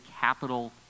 capital